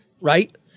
right